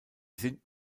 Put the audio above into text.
sind